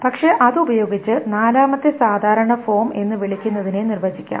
പക്ഷേ അത് ഉപയോഗിച്ച് നാലാമത്തെ സാധാരണ ഫോം എന്ന് വിളിക്കുന്നതിനെ നിർവചിക്കാം